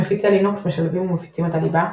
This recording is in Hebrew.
מפיצי לינוקס משלבים ומפיצים את הליבה,